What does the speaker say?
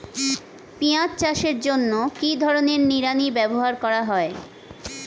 পিঁয়াজ চাষের জন্য কি ধরনের নিড়ানি ব্যবহার করা হয়?